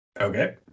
Okay